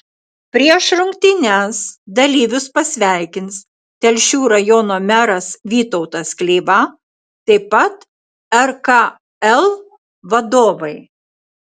prieš rungtynes dalyvius pasveikins telšių rajono meras vytautas kleiva taip pat rkl vadovai